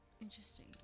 Interesting